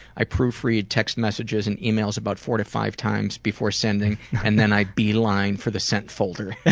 i proofread text messages and emails about four to five times before sending and then i b-line for the sent folder.